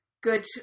good